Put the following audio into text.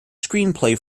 screenplay